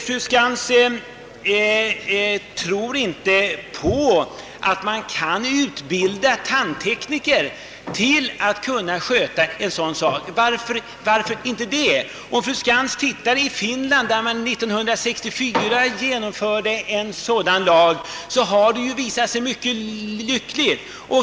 Fru Skantz tror inte att det är möjligt att utbilda tandtekniker att sköta sådana arbeten. Varför inte det? Om fru Skantz studerar förhållandena i Finland, där man år 1964 genomförde en sådan lag, finner hon att resultatet har utfallit mycket lyckligt.